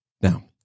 Now